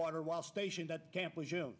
water while stationed at camp with whom